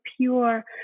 pure